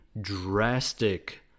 drastic